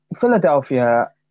Philadelphia